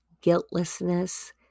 guiltlessness